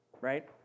right